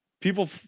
people